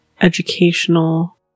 educational